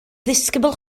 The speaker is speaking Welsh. ddisgybl